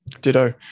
ditto